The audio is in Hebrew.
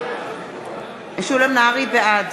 בעד